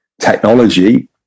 technology